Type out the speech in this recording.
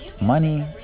Money